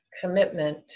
commitment